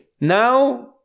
Now